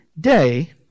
day